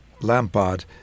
Lampard